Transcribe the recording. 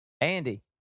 Andy